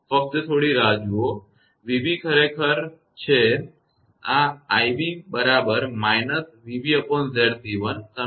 ફક્ત થોડી રાહ જુઓ 𝑣𝑏 ખરેખર છે આ 𝑖𝑏 બરાબર minus 𝑣𝑏𝑍𝑐1 સમી